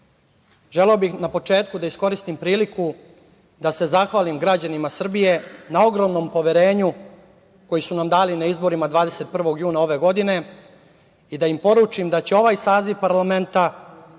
želeo bih na početku da iskoristim priliku da se zahvalim građanima Srbije na ogromnom poverenju koje su nam dali na izborima 21. juna ove godine i da im poručim da će ovaj saziv parlamenta,